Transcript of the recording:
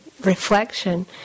reflection